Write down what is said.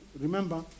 remember